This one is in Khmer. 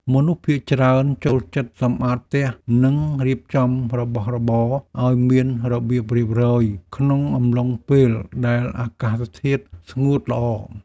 មនុស្សភាគច្រើនចូលចិត្តសម្អាតផ្ទះ និងរៀបចំរបស់របរឱ្យមានរបៀបរៀបរយក្នុងអំឡុងពេលដែលអាកាសធាតុស្ងួតល្អ។